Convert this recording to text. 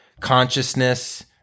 consciousness